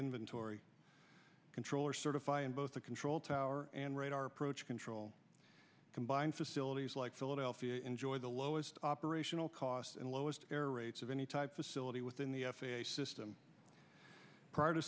inventory control or certify in both the control tower and radar approach control combined facilities like philadelphia enjoy the lowest operational cost and lowest error rates of any type of facility within the f a a system prior to